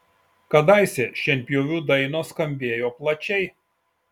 kadaise šienpjovių dainos skambėjo plačiai